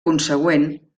consegüent